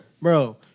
Bro